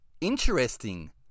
interesting